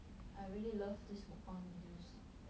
I really love this mukbang videos